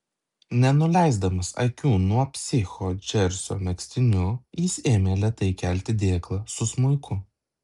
nenuleisdamas akių nuo psicho džersio megztiniu jis ėmė lėtai kelti dėklą su smuiku